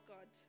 God